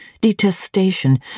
Detestation